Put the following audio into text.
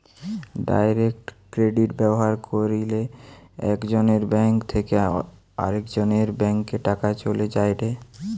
direct credit ব্যবহার কইরলে একজনের ব্যাঙ্ক থেকে আরেকজনের ব্যাংকে টাকা চলে যায়েটে